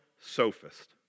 sophist